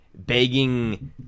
begging